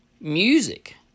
music